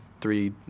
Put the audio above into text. three